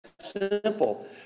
simple